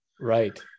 Right